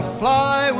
fly